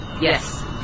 Yes